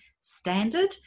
standard